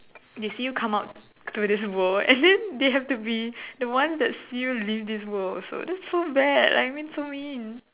they see you come out to this world and then they have to be the ones that see you leave this world also that's so bad I mean so mean